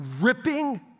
ripping